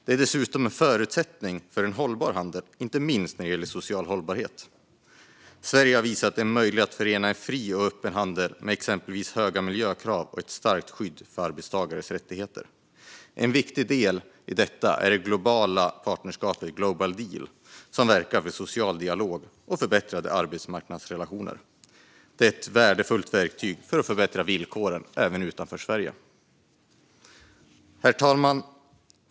Det är dessutom en förutsättning för en hållbar handel, inte minst när det gäller social hållbarhet. Sverige har visat att det är möjligt att förena en fri och öppen handel med exempelvis höga miljökrav och ett starkt skydd för arbetstagarnas rättigheter. En viktig del i detta är det globala partnerskapet Global Deal, som verkar för social dialog och förbättrade arbetsmarknadsrelationer. Det är ett värdefullt verktyg för att förbättra villkoren även utanför Sverige. Herr talman!